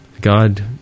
God